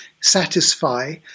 satisfy